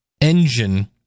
engine